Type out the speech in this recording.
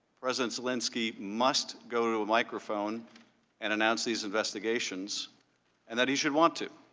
president zelensky must go to a microphone and announced these investigations and that he should want to.